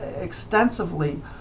extensively